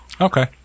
Okay